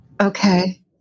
Okay